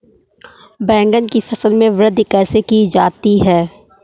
बैंगन की फसल में वृद्धि कैसे की जाती है?